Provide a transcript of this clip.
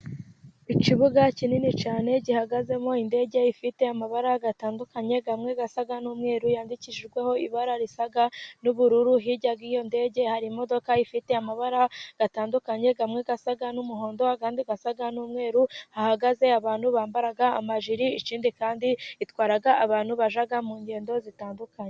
Ikibuga kinini cyane gihagazemo indege ifite amabara atandukanye, amwe asa n'umweru, yandikishijweho ibara risaga n'ubururu, hirya y'iyo ndege hari imodoka ifite amabara atandukanye, amwe asa n'umuhondo, andi asa n'umweru, hahagaze abantu bambara amajiri y'icyatsi kandi itwara abantu bajya mu ngendo zitandukanye.